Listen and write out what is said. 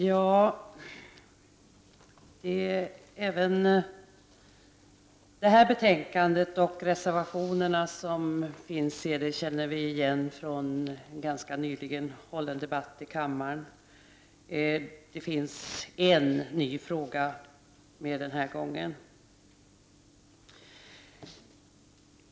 Herr talman! Innehållet i detta betänkande och de reservationer som finns fogade till det känner vi igen från en debatt ganska nyligen här i kammaren. Det finns dock en ny fråga med den här gången.